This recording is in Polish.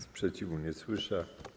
Sprzeciwu nie słyszę.